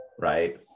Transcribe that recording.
right